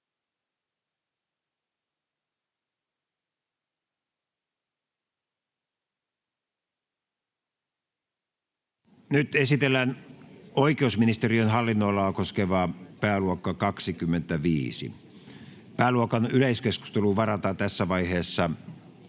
Esitellään oikeusministeriön hallinnonalaa koskeva pääluokka 25. Pääluokan yleiskeskusteluun varataan tässä vaiheessa